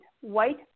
white